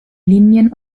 linien